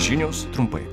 žinios trumpai